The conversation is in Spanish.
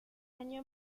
año